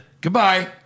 Goodbye